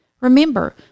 remember